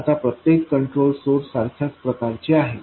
आता प्रत्येक control source सारख्याच प्रकारचे आहे